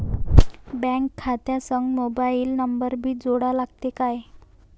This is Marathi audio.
बँक खात्या संग मोबाईल नंबर भी जोडा लागते काय?